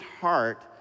heart